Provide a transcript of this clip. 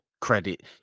credit